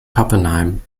pappenheim